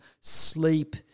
sleep